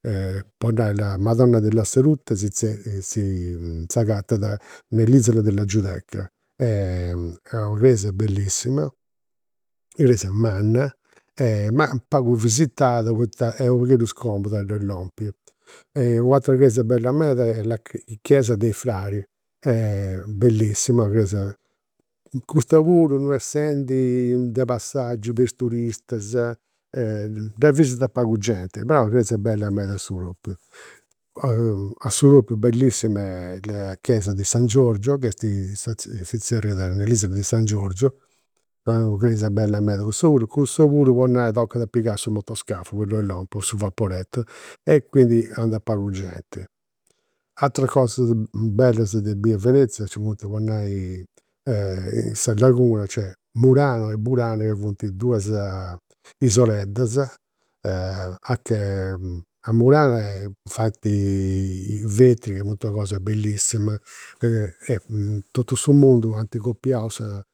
Po nai sa Madonna della Salute, si zerriat si s'agatat nell'isola della giudecca. Est una cresia bellissima, cresia manna, ma pagu visitada poita est u' pagheddu scomoda ddoi lompi. U' atera cresia bella meda est la chiesa dei Frari, est bellissima, una cresia, custa puru non essendi de passagiu de is turistas dda visitada pagu genti. Però est una cresia bella meda a su propriu. A su propriu bellissima est sa de san Giorgio, che est si zerriat nell'isola di san Giorgio, una cresia bella meda cussa puru, cussa puru, po nai, tocat a pigai su motoscafu po ddoi lompi o su vaporetu e quindi andat pagu genti. Ateras cosas bellas de a Venezia, nci funt, po nai, sa laguna, nc'est Murano e Burano che funt dus isoleddas, a che, a Murano faint vetri ca funt una cosa bellissima e totu su mundu ant copiau sa